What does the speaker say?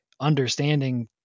understanding